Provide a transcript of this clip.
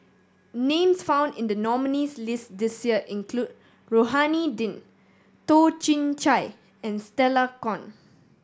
names found in the nominees' list this year include Rohani Din Toh Chin Chye and Stella Kon